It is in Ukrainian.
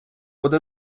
буде